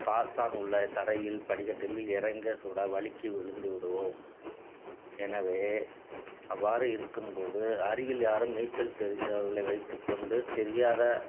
பாசான் உள்ள தரையில் படிக்கட்டில் இறங்க சூட வழுக்கி விழுந்து விடுவோம் எனவே அவ்வாறு இருக்கும்போது அருகில் யாரும் நீச்சல் தெரிந்தவர்களை வைத்துக்கொண்டு தெரியாத